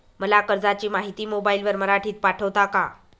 मला कर्जाची माहिती मोबाईलवर मराठीत पाठवता का?